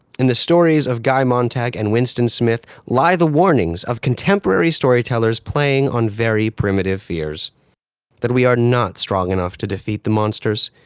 in the stories of guy montag and winston smith, lie the warnings of contemporary storytellers playing on very primitive fears that we are not strong enough to defeat the monsters.